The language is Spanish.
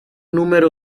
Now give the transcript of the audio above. número